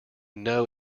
know